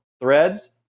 threads